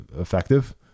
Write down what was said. effective